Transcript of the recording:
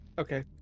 okay